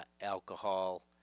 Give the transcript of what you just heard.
alcohol